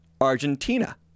Argentina